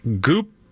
Goop